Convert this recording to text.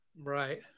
right